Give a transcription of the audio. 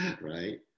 right